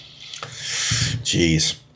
Jeez